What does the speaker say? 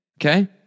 Okay